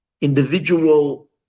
individual